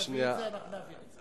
אנחנו נעביר את זה.